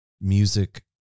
music